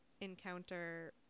encounter